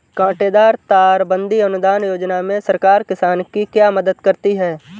कांटेदार तार बंदी अनुदान योजना में सरकार किसान की क्या मदद करती है?